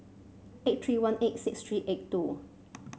eight three one eight six three eight two